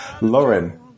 Lauren